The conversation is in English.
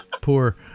Poor